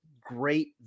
great